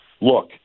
look